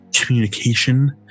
communication